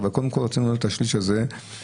אבל קודם כל רצינו לדעת את השליש הזה שמגיע.